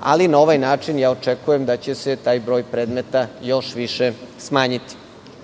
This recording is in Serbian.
ali na ovaj način, očekujem da će se taj broj predmeta još više smanjiti. Naravno,